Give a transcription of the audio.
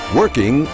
working